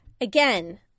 Again